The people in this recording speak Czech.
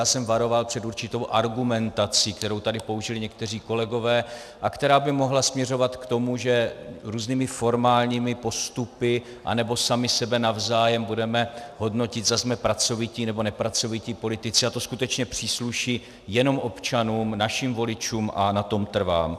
Já jsem varoval před určitou argumentací, kterou tady použili někteří kolegové a která by mohla směřovat k tomu, že různými formálními postupy anebo sami sebe navzájem budeme hodnotit, zda jsme pracovití, nebo nepracovití politici, a to skutečně přísluší jenom občanům, našim voličům, a na tom trvám.